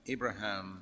Abraham